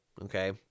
Okay